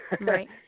right